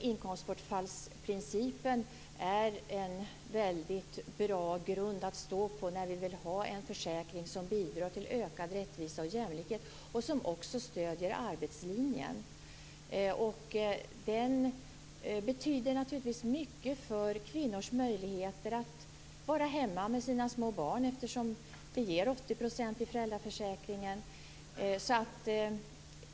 Inkomstbortfallsprincipen är en väldigt bra grund att stå på när vi vill ha en försäkring som bidrar till ökad rättvisa och jämlikhet och som också stöder arbetslinjen. Den betyder naturligtvis mycket för kvinnors möjligheter att vara hemma med sina små barn eftersom det ger 80 % av inkomsten genom föräldraförsäkringen.